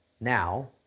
Now